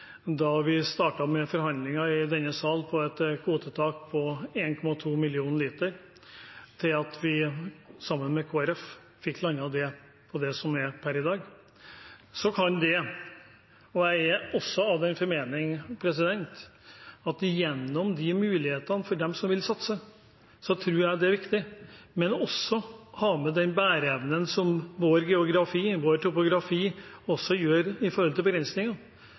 da vi startet med forhandlinger i denne salen om et kvotetak på 1,2 millioner liter, til at vi sammen med Kristelig Folkeparti fikk landet det på det som er per i dag. Jeg er også av den formening at det er viktig å gi mulighetene til dem som vil satse, men også å ha med den bæreevnen som vår geografi og vår topografi gir med tanke på begrensninger.